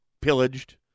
pillaged